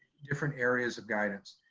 different areas of guidance.